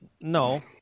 No